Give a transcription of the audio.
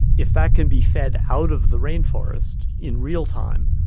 if that can be fed out of the rainforest in real time,